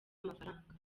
amafaranga